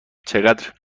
چقدر